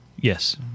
Yes